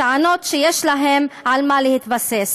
טענות שיש להן על מה להתבסס.